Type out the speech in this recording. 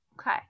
okay